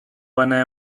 bana